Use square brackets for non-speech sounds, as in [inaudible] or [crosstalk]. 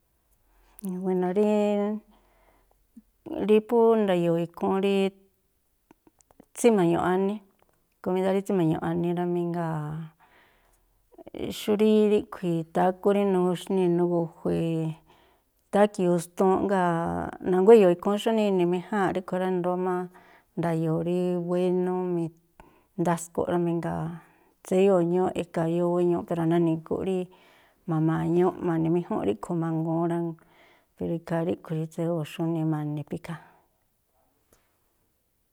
Buéno̱, [hesitation] ri phú nda̱yo̱o̱ ikhúún rí tsíma̱ñuꞌ ání, komídá rí tsíma̱ñuꞌ ání rámí, jngáa̱ xú rí ríꞌkhui̱ tákú rí nuxnii̱ nugu̱jue̱, tákiu̱u stuunꞌ jngáa̱ na̱nguá e̱yo̱o̱ ikhúún xújnii ini̱méjáa̱nꞌ ríꞌkhui̱ rá, i̱ndóó má nda̱yo̱o̱ rí wénú mindasko̱ꞌ rá mí, jngáa̱ tséyóo̱ ñúúꞌ e̱ka̱yóó wéñuuꞌ pero nani̱gu̱ꞌ rí ma̱ma̱ñuꞌ ma̱ni̱méjúnꞌ ríꞌkhui̱ mangúún rá. Pero ikhaa ríꞌkhui̱ rí tséyóo̱ xújnii ma̱ni̱ phú ikhaa.